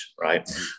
right